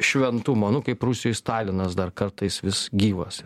šventumo nu kaip rusijoj stalinas dar kartais vis gyvas